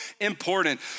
important